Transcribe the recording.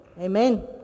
Amen